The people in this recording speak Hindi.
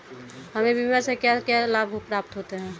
हमें बीमा से क्या क्या लाभ प्राप्त होते हैं?